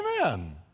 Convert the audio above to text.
Amen